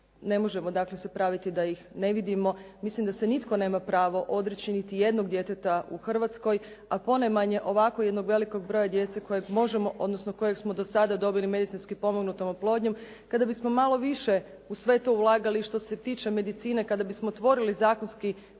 ne može dakle se praviti da ih ne vidimo. Mislim da se nitko nema pravo odreći niti jednog djeteta u Hrvatskoj a ponajmanje ovako jednog velikog broja djece kojeg možemo odnosno kojeg smo do sada dobili medicinski pomognutom oplodnjom. Kada bismo malo više u sve to ulagali i što se tiče medicine kada bismo otvorili zakonski